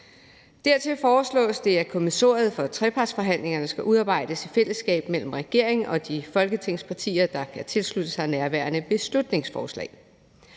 Dertil foreslås det, at kommissoriet for trepartsforhandlingerne skal udarbejdes i fællesskab mellem regeringen og de folketingspartier, der kan tilslutte sig nærværende beslutningsforslag.